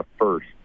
first